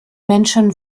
menschen